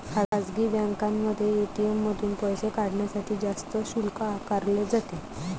खासगी बँकांमध्ये ए.टी.एम मधून पैसे काढण्यासाठी जास्त शुल्क आकारले जाते